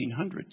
1800s